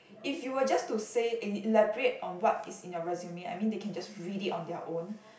if you were just to say elaborate on what is in your resume I mean they can just read it on their own